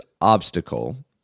obstacle